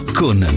con